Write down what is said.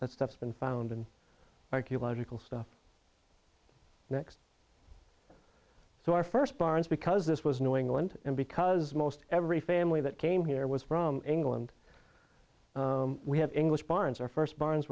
that's been found in archaeological stuff next so our first barnes because this was new england and because most every family that came here was from england we have english barns our first barn